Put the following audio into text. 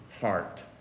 heart